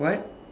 what